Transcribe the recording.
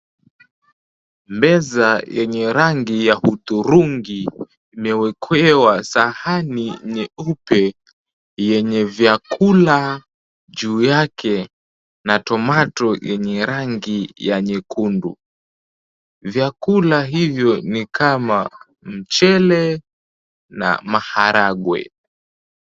Meza yenye rangi ya udhurungi, imeekewa sahani nyeupe yenye vyakula juu yake, na tomato yenye rangi ya nyekundu. Vyakula hivyo ni kama mchele na maharagwe.